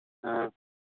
ꯑꯥ